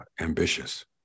ambitious